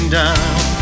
down